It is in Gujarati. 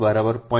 3 0